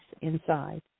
inside